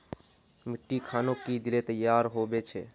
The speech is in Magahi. मिट्टी खानोक की दिले तैयार होबे छै?